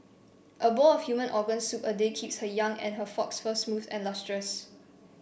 a bowl of human organ soup a day keeps her young and her fox fur smooth and lustrous